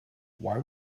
why